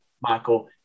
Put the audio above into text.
Michael